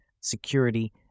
security